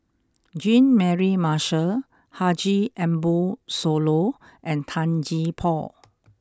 Jean Mary Marshall Haji Ambo Sooloh and Tan Gee Paw